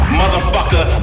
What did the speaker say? motherfucker